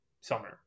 summer